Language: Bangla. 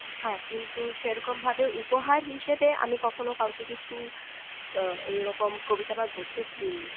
হ্যাঁ কিন্তু সেরকমভাবে উপহার হিসেবে আমি কখনো কাউকে কিছু এইরকম কবিতা বা গদ্য দিইনি